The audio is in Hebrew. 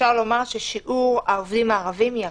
אפשר לומר ששיעור העובדים הערבים ירד.